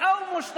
לקשיש),